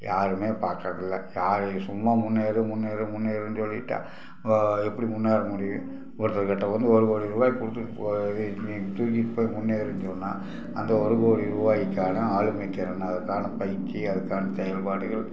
யாருமே பார்க்கறதில்ல யாரையும் சும்மா முன்னேறு முன்னேறு முன்னேறுன்னு சொல்லிட்டால் எப்படி முன்னேற முடியும் ஒருத்தர்கிட்ட வந்து ஒரு கோடி ரூபாய கொடுத்துட்டு போய் நீ தூக்கிட்டு போய் முன்னேறுன்னு சொன்னால் அந்த ஒரு கோடி ரூபாய்க்கான ஆளுமைத்திறன் அதற்கான பயிற்சி அதற்கான செயல்பாடுகள்